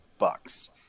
bucks